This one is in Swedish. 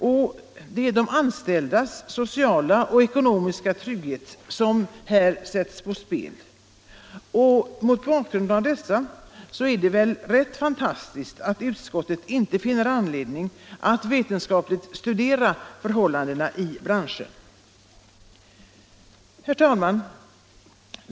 Det är de anställdas sociala och ekonomiska trygghet som här sätts på spel. Mot bakgrund av detta är det ganska fantastiskt att utskottet inte finner anledning att vetenskapligt studera förhållandena i branschen. Herr talman!